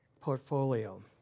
portfolio